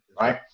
right